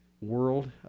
world